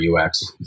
UX